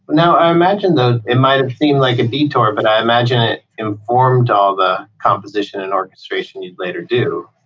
now, i imagine that, it might have seemed like a detour, but i imagine it in form of ah composition and orchestration you'd later do,